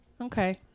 Okay